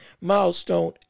milestone